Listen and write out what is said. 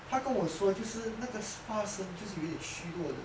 他跟我说就是那个发声就是有一点虚弱的